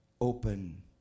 open